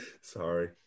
Sorry